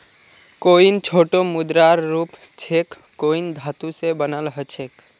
coin छोटो मुद्रार रूप छेक कॉइन धातु स बनाल ह छेक